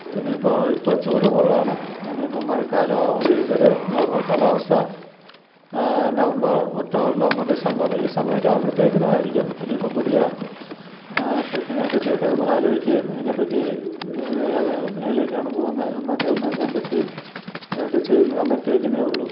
ഇനിയിപ്പോൾ ഇപ്പം ചൂട് കൂടുതലാണ് ഇനിയിപ്പം മഴക്കാലമോ അത് കഴിഞ്ഞൊരു നോർമൽ കാലാവസ്ഥ നവംബർ ഒക്ടോബർ നവംബർ ഡിസംബർ ഈ സമയമൊക്കെ അവുമ്പോഴത്തേക്കും ആയിരിക്കും ഇനിയിപ്പം പുതിയ ട്രക്കിംഗിനെപ്പറ്റിയൊക്കെ നമ്മൾ ആലോചിക്കുകയും ഇതിനെപ്പറ്റി ഏതു മേഖലയിലേക്കാണ് പോകുന്നത് എന്നൊക്കെ ഒന്നു കണ്ടെത്തി അതൊക്കെ ചെയ്യുന്നത് അന്നരത്തേക്കിനേ ഉള്ളൂ